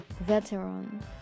veteran